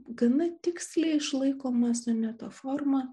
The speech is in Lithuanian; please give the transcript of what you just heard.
gana tiksliai išlaikoma soneto forma